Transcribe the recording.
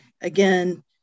again